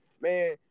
Man